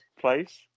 place